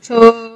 so